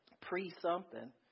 pre-something